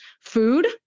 food